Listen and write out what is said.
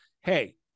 Hey